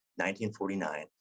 1949